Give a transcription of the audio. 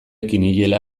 kiniela